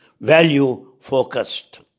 value-focused